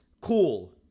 Cool